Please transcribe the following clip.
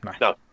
No